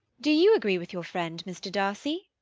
do you agree with your friend, mr. darcy?